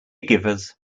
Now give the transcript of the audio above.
givers